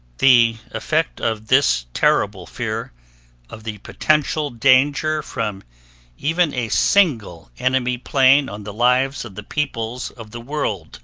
the effect of this terrible fear of the potential danger from even a single enemy plane on the lives of the peoples of the world